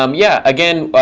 um yeah, again,